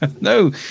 no